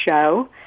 show